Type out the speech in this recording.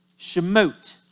Shemot